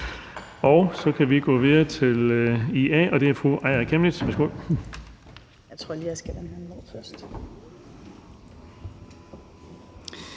Så kan vi gå videre til IA, og det er fru Aaja Chemnitz. Værsgo.